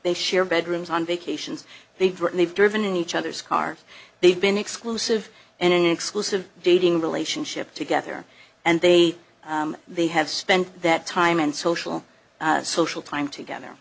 they share bedrooms on vacations they've written they've driven in each other's car they've been exclusive and an exclusive dating relationship together and they they have spent that time and social social time together